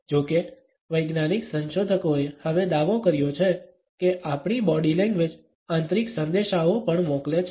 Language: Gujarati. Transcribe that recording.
જોકે વૈજ્ઞાનિક સંશોધકોએ હવે દાવો કર્યો છે કે આપણી બોડી લેંગ્વેજ આંતરિક સંદેશાઓ પણ મોકલે છે